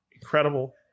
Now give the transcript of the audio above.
incredible